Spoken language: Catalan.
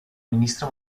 ministre